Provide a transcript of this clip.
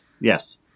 Yes